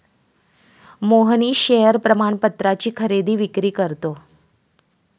Mohnish share प्रमाणपत्राची खरेदी विक्री करतो